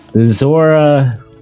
Zora